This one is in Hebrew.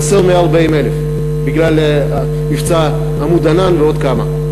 חסרים 140,000, בגלל מבצע "עמוד ענן" ועוד כמה.